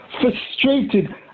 frustrated